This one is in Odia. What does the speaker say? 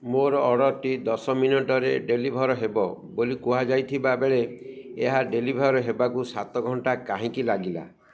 ମୋର ଅର୍ଡ଼ର୍ଟି ଦଶ ମିନିଟ୍ରେ ଡ଼େଲିଭର୍ ହେବ ବୋଲି କୁହାଯାଇଥିବା ବେଳେ ଏହା ଡ଼େଲିଭର୍ ହେବାକୁ ସାତ ଘଣ୍ଟା କାହିଁକି ଲାଗିଲା